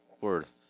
worth